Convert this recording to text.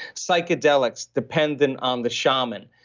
psychedelics dependent on the shaman,